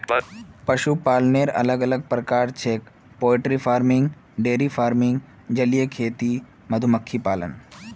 पशुपालनेर अलग अलग प्रकार छेक पोल्ट्री फार्मिंग, डेयरी फार्मिंग, जलीय खेती, मधुमक्खी पालन